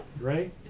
Right